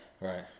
right